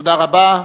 תודה רבה.